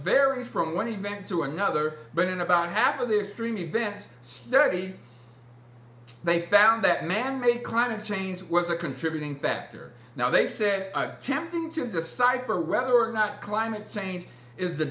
varies from one event to another but in about half of the extreme events study they found that manmade climate change was a contributing factor now they said tempting to decipher whether or not climate change is the